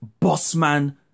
Bossman